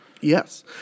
Yes